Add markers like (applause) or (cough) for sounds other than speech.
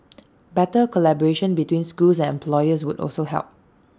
(noise) better collaboration between schools and employers would also help